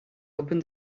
opened